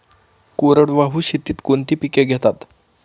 कोरडवाहू शेतीत कोणती पिके घेतात?